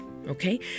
okay